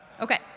Okay